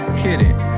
kidding